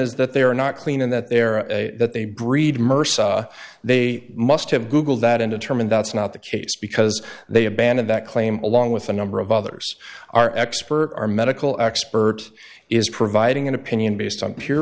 is that they are not clean and that there are a that they breed mercy they must have googled that indetermined that's not the case because they abandoned that claim along with a number of others our expert our medical expert is providing an opinion based on p